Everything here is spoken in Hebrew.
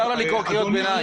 מותר לה לקרוא קריאות ביניים.